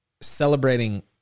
celebrating